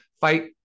Fight